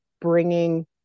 bringing